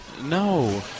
No